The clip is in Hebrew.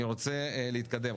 אני רוצה להתקדם.